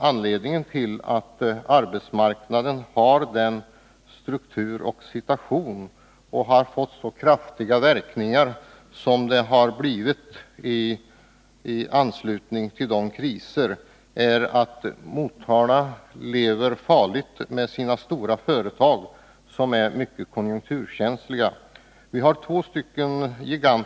Anledningen till nuvarande struktur och situation på arbetsmarknaden där samt till att verkningarna av krisen blivit så kraftiga är att Motala har stora företag som är mycket konjunkturkänsliga. Därför lever orten farligt.